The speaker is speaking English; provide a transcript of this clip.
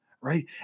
right